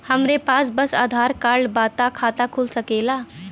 हमरे पास बस आधार कार्ड बा त खाता खुल सकेला?